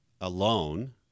alone